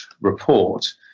report